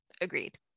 Agreed